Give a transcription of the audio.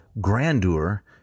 grandeur